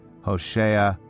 Hoshea